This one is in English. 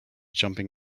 jumping